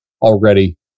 already